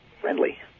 friendly